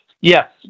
Yes